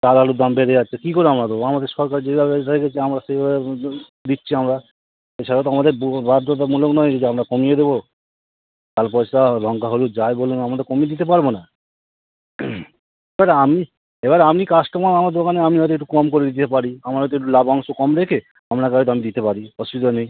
চাল আলুর দাম বেড়ে যাচ্ছে কী করে আমরা দেবো আমাদের সরকার যেভাবে আমরা সেইভাবে দিচ্ছি আমরা এছাড়া তো আমাদের বাধ্যতামূলক নয় যে আমরা কমিয়ে দেবো লঙ্কা হলুদ যাই বলুন আমরা তো কমিয়ে দিতে পারব না এবার আমি এবার আপনি কাস্টমার আমার দোকানে আমি হয়তো একটু কম করে দিতে পারি আমার হয়তো একটু লাভ অংশ কম রেখে আপনাকে হয়তো আমি দিতে পারি অসুবিধা নেই